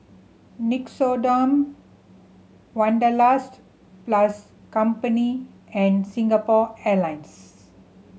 Nixoderm Wanderlust plus Company and Singapore Airlines